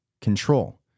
control